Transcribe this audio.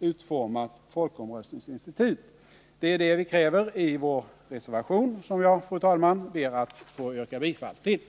utformat folkomröstningsinstitut. Det är det vi kräver i vår reservation, som jag, fru talman, ber att få yrka bifall till.